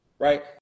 Right